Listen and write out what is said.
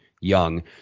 Young